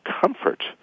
comfort